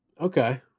okay